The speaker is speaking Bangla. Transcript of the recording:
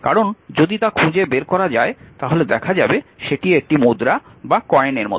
কারণ যদি তা খুঁজে বের করা যায় তাহলে দেখা যাবে সেটি একটি মুদ্রার মত